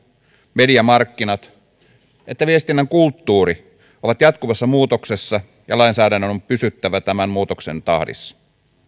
mediamarkkinat että viestinnän kulttuuri ovat jatkuvassa muutoksessa ja lainsäädännön on pysyttävä tämän muutoksen tahdissa